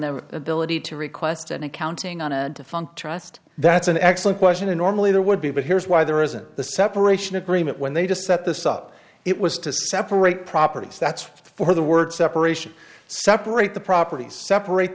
their ability to request an accounting on a defunct trust that's an excellent question and normally there would be but here's why there isn't the separation agreement when they just set this up it was to separate properties that's for the word separation separate the property separate